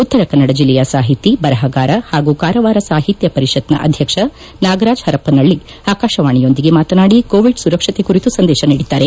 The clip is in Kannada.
ಉತ್ತರಕನ್ನಡ ಜಿಲ್ಲೆಯ ಸಾಹಿತಿ ಬರಪಗಾರ ಹಾಗೂ ಕಾರವಾರ ಸಾಹಿತ್ಯ ಪರಿಷತ್ನ ಅಧ್ಯಕ್ಷ ನಾಗರಾಜ್ ಪರಪ್ಪನಳ್ಳಿ ಆಕಾಶವಾಣೆಯೊಂದಿಗೆ ಮಾತನಾಡಿ ಕೋವಿಡ್ ಸುರಕ್ಷತೆ ಕುರಿತು ಸಂದೇಶ ನೀಡಿದ್ದಾರೆ